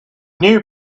new